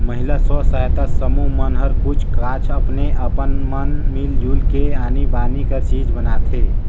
महिला स्व सहायता समूह मन हर कुछ काछ अपने अपन मन मिल जुल के आनी बानी कर चीज बनाथे